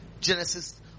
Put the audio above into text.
Genesis